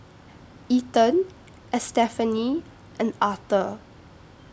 Ethan Estefany and Arthur